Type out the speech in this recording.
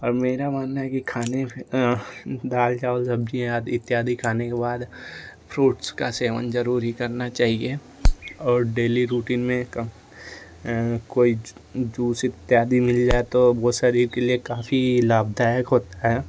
और मेरा मानना है कि खाने दाल चावल सब्ज़ी इत्यादि खाने के बाद फ्रूटस का सेवन जरूर ही करना चाहिए और डेली रूटीन में कोई जूस इत्यादि मिल जाए तो शरीर के लिए काफ़ी लाभदायक होता है